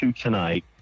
tonight